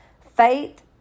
Faith